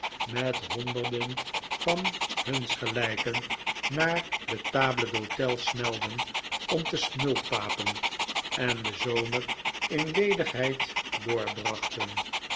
met honderden van huns gelijken naar de table d'hote snelden om te smulpapen en den zomer in ledigheid